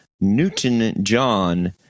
Newton-John